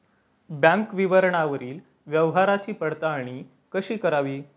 Bank विवरणावरील व्यवहाराची पडताळणी कशी करावी?